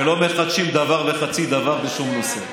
ולא מחדשים דבר וחצי דבר בשום נושא.